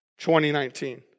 2019